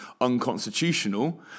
unconstitutional